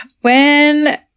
When-